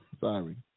Sorry